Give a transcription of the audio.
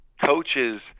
coaches